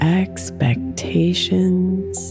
expectations